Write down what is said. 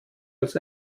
als